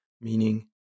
meaning